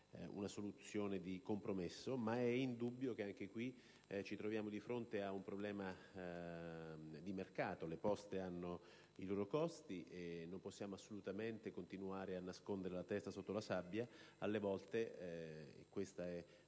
una soluzione di compromesso. Ma è indubbio che anche in questo caso ci troviamo di fronte a un problema di mercato. Le Poste hanno i loro costi e non possiamo assolutamente continuare a nascondere la testa sotto la sabbia. A volte - questa è